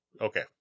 Okay